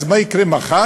אז מה יקרה מחר?